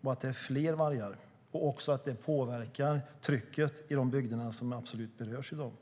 Det finns fler vargar, och det påverkar trycket i de bygder som berörs i dag.